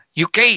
UK